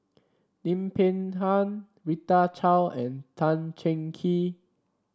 Lim Peng Han Rita Chao and Tan Cheng Kee